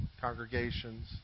congregations